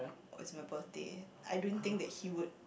oh it's my birthday I don't think that he would